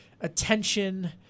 attention